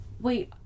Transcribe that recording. Wait